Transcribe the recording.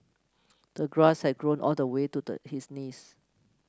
the grass had grown all the way to the his knees